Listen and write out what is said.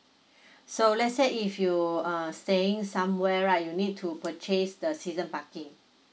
so let's say if you uh staying somewhere right you need to purchase the season parking